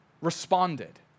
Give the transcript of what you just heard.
responded